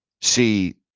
see